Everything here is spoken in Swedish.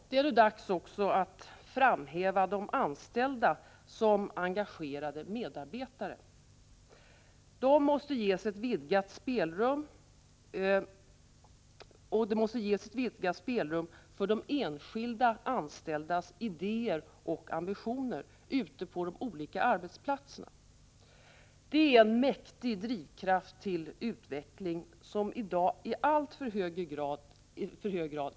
Det är nu också dags att framhäva de anställda som engagerade medarbetare. Det måste ute på de olika arbetsplatserna ges ett vidgat spelrum för de enskilda anställdas idéer och ambitioner. Det är en mäktig drivkraft till utveckling som i dag i alltför hög grad är fjättrad.